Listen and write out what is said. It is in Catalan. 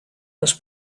els